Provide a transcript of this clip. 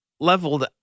leveled